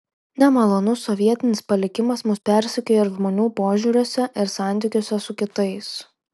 nemalonus sovietinis palikimas mus persekioja ir žmonių požiūriuose ir santykiuose su kitais